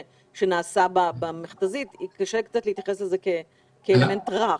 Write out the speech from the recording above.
שנעשה במכת"זיות נתקשה קצת להתייחס לזה כאל אלמנט רך.